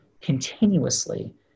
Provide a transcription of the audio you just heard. continuously